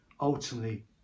ultimately